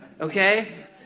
okay